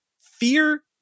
fear